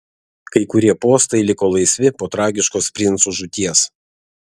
kai kurie postai liko laisvi po tragiškos princų žūties